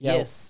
Yes